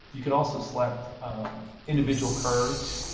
yeah can also select individual curves.